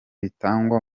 bitangwa